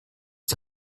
die